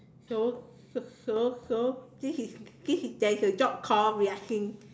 so so so so this is this is there is a job called relaxing